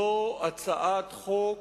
זו הצעת חוק